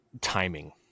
timing